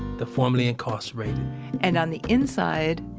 the formerly-incarcerated and on the inside,